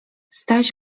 staś